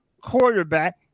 quarterback